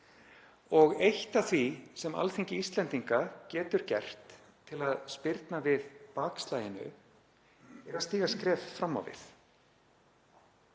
Eitt af því sem Alþingi Íslendinga getur gert til að spyrna á móti bakslaginu er að stíga skref fram á við,